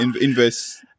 Invest